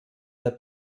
der